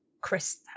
Chris